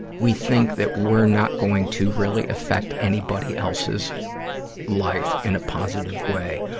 we think that we're not going to really affect anybody else's life in a positive way.